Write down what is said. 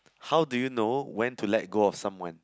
how do you know when to let go of someone